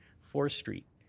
fourth street?